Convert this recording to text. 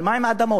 אבל מה עם האדמות?